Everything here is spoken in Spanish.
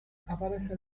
aparece